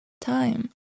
time